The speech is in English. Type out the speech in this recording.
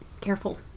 careful